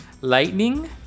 lightning